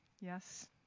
Yes